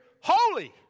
Holy